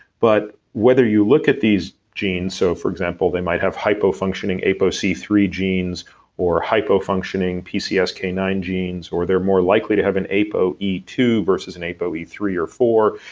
but whether you look at these genes, so for example, they might have hypofunctioning a p o c three genes or hypofunctioning p c s k nine genes, or they're more likely to have an a p o e two versus and a p o e three or four.